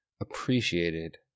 appreciated